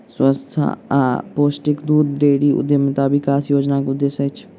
स्वच्छ आ पौष्टिक दूध डेयरी उद्यमिता विकास योजना के उद्देश्य अछि